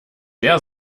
der